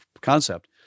concept